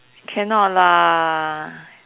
cannot lah